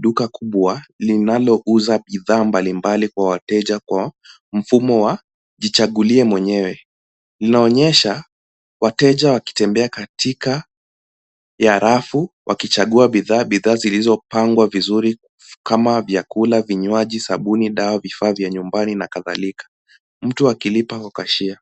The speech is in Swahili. duka kubwa linalo uza bidhaa mbalimbali kwa wateja kwa mfumo wa jichagulie mwenyewe. Li naonyesha wateja wakitembea katika ya rafu wakichagua bidhaa bidhaa zilizo pangwa vizuri kama vyakula, vinywaji, sabuni, dawa, vifaa vya nyumbani na kadhalika.